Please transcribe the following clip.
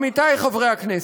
עמיתי חברי הכנסת,